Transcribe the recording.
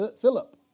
Philip